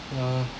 ya